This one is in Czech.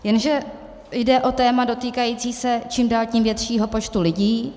Jenže jde o téma dotýkající se čím dál tím většího počtu lidí.